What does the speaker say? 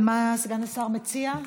מה סגן השר מציע?